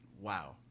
wow